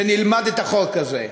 ונלמד את החוק הזה.